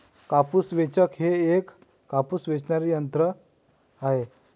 कापूस वेचक हे एक कापूस वेचणारे यंत्र आहे